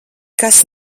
kas